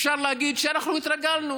אפשר להגיד שאנחנו התרגלנו